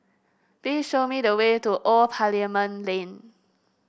please show me the way to Old Parliament Lane